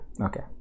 Okay